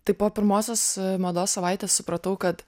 tai po pirmosios mados savaitės supratau kad